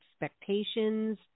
expectations